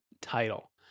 title